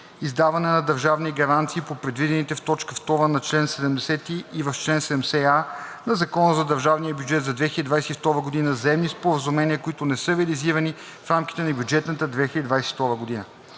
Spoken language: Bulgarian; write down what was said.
издаване на държавни гаранции по предвидените в т. 2 на чл. 70 и в чл. 70а на Закона за държавния бюджет за 2022 г. заемни споразумения, които не са реализирани в рамките на бюджетната 2022 г.;